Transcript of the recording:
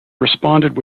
responded